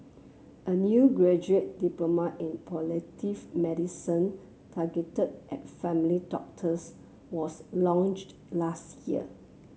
a new graduate diploma in palliative medicine targeted at family doctors was launched last year